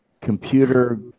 computer